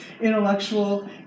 intellectual